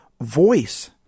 voice